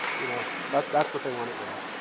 you know that's what they want to hear.